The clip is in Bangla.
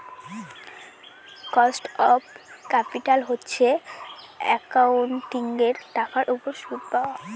কস্ট অফ ক্যাপিটাল হচ্ছে একাউন্টিঙের টাকার উপর সুদ পাওয়া